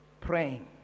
praying